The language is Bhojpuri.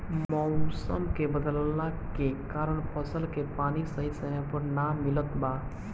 मउसम के बदलला के कारण फसल के पानी सही समय पर ना मिलत बा